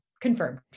confirmed